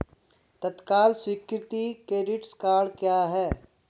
तत्काल स्वीकृति credit cards क्या हैं?